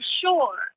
sure